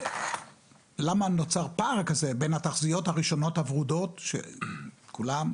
למה נוצא פער כזה בין התחזיות הראשונות הוורודות שאז כולם,